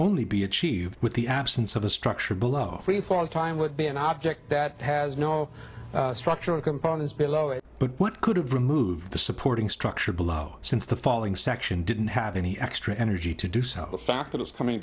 only be achieved with the absence of the structure below freefall time would be an object that has no structural components below it but could have removed the supporting structure below since the falling section didn't have any extra energy to do so the fact that it's coming